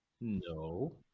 no